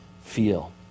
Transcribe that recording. feel